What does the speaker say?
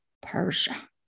Persia